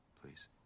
please